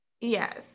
Yes